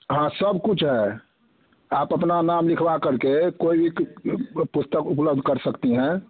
हाँ सब कुछ है आप अपना नाम लिखवा कर के कोई भी की पुस्तक उपलब्ध कर सकती हैं